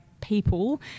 people